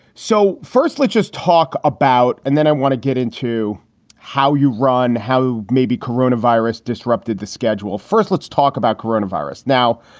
so first, let's just talk about. and then i want to get into how you run, how maybe corona virus disrupted the schedule. first, let's talk about coronavirus. now,